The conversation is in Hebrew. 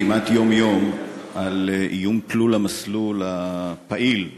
כמעט יום-יום על איום תלול-מסלול הפעיל,